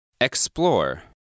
Explore